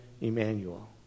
Emmanuel